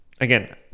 Again